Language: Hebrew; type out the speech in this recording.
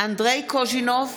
אנדרי קוז'ינוב,